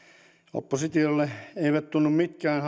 oppositiolle eivät tunnu mitkään